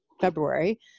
february